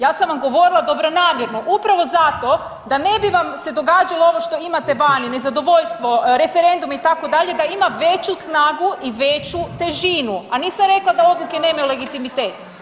Ja sam vam govorila dobronamjerno upravo zato da ne bi vam se događalo ovo što imate vani, nezadovoljstvo, referendum itd., da ima veću snagu i veću težinu, a nisam rekla da odluke nemaju legitimitet.